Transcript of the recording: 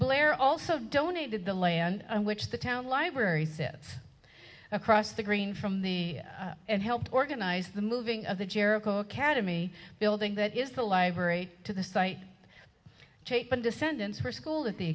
blair also donated the land which the town library sits across the green from the air and helped organize the moving of the jericho academy building that is the library to the site chait been descendants for school at the